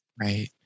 Right